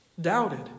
doubted